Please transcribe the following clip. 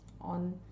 on